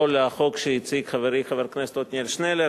לחוק שהציג חברי חבר הכנסת עתניאל שנלר.